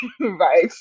right